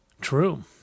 True